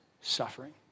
suffering